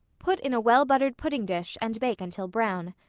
put in a well-buttered pudding-dish and bake until brown.